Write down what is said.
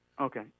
Okay